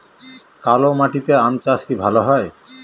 কালো মাটিতে আম চাষ কি ভালো হয়?